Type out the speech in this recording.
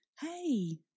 hey